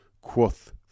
quoth